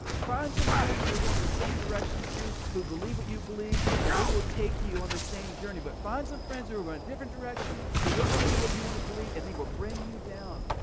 find some friends who are going the same direction as you, who believe what you believe and they will take you you on the same journey but find some friends who are going a different direction, who don't wanna be what you wanna believe and they will bring you down.